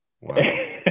Wow